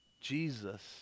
Jesus